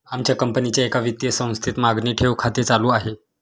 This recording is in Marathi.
आमच्या कंपनीचे एका वित्तीय संस्थेत मागणी ठेव खाते चालू आहे